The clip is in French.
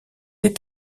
est